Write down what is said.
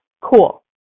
Cool